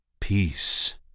Peace